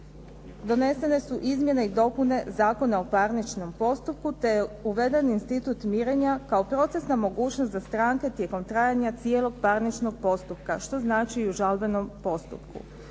donesene su izmjene i dopune Zakona o parničnom postupku, te je uveden institut mirenja kao procesna mogućnost za stranke tijekom trajanja cijelog parničnog postupka. Što znači i u žalbenom postupku.